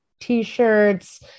t-shirts